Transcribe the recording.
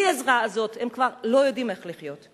העזרה הזאת הם כבר לא יודעים איך לחיות.